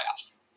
playoffs